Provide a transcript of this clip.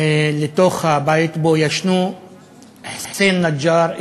לתוך הבית שבו ישנו חוסיין א-נג'אר,